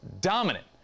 dominant